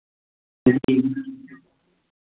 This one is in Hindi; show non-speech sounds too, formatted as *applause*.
*unintelligible*